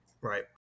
Right